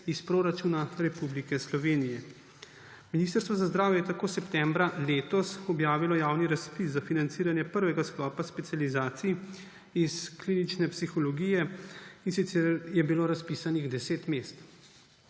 iz proračuna Republike Slovenije. Ministrstvo za zdravje je tako septembra letos objavilo javni razpis za financiranje prvega sklopa specializacij iz klinične psihologinje, in sicer je bilo razpisanih 10 mest.